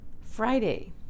Friday